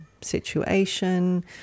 situation